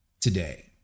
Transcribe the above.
today